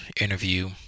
interview